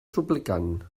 suplicant